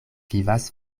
vivas